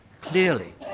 clearly